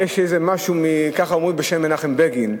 יש איזה משהו שאומרים בשם מנחם בגין.